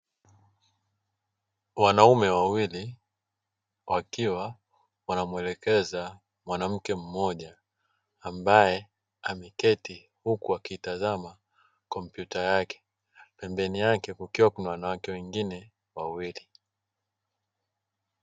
Wanaume wawili wakiwa wanamwelekeza mwanamke mmoja ambaye ameketi, huku akiitazama kompyuta yake pembeni yake kukiwa kuna wanawake wengine wawili.